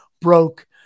broke